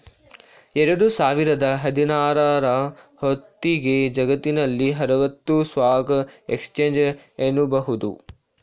ಎರಡು ಸಾವಿರದ ಹದಿನಾರ ರ ಹೊತ್ತಿಗೆ ಜಗತ್ತಿನಲ್ಲಿ ಆರವತ್ತು ಸ್ಟಾಕ್ ಎಕ್ಸ್ಚೇಂಜ್ಗಳಿವೆ ಎನ್ನುಬಹುದು